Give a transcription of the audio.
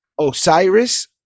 Osiris